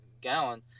gallon